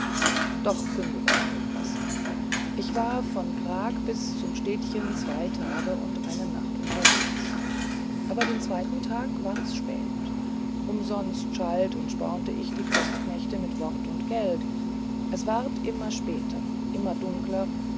doch genug von den possen ich war von prag bis zum städtchen zwei tage und eine nacht unterwegs aber den zweiten tag ward's spät umsonst schalt und spornte ich die postknechte mit wort und geld es ward immer später immer dunkler